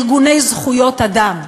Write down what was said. ארגוני זכויות אדם,